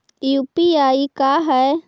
UPI का है?